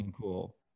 cool